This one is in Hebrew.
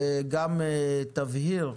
וגם תבהיר,